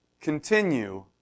continue